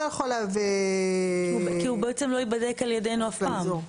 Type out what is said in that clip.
יכול --- כי הוא בעצם לא ייבדק על ידנו אף פעם.